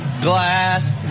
glass